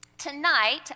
Tonight